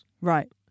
Right